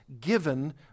given